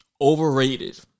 Overrated